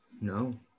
No